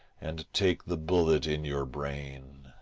and take the bullet in your brain.